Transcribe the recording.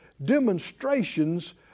demonstrations